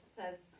says